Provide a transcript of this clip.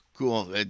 Cool